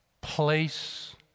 Place